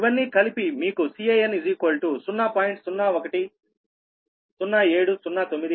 ఇవన్నీ కలిపి మీకు Can 0